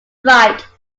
right